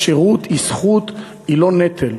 השירות הוא זכות, הוא לא נטל.